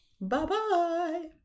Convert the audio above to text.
Bye-bye